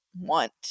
want